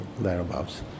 thereabouts